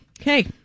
Okay